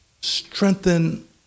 strengthen